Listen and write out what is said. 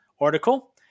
article